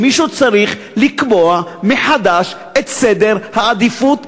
ומישהו צריך לקבוע מחדש את סדר העדיפויות